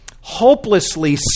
hopelessly